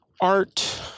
art